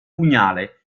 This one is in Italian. pugnale